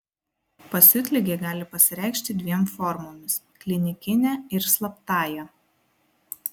pasiutligė gali pasireikšti dviem formomis klinikine ir slaptąja